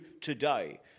today